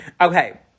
Okay